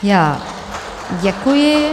Já děkuji.